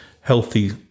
healthy